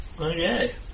Okay